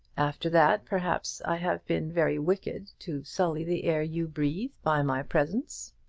after that, perhaps, i have been very wicked to sully the air you breathe by my presence.